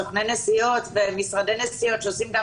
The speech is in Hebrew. סוכני נסיעות ומשרדי נסיעות שעושים גם